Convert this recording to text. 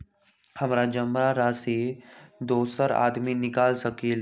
हमरा जमा राशि दोसर आदमी निकाल सकील?